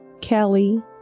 Kelly